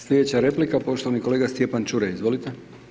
Sljedeća replika poštovani kolega Stjepan Ćuraj, izvolite.